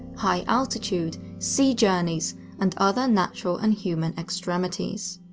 high altitude, sea journeys and other natural and human extremities.